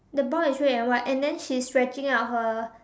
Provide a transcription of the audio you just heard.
the ball is red and white and then she's stretching out her